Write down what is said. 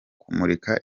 kumurika